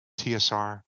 TSR